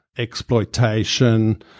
Exploitation